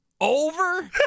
Over